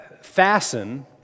Fasten